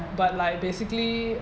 but like basically